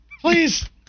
please